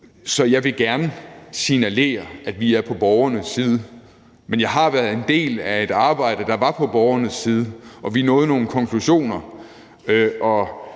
Så jeg vil gerne signalere, at vi er på borgernes side, men jeg har været en del af et arbejde, der var på borgernes side, og vi nåede frem til nogle konklusioner,